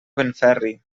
benferri